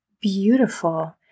beautiful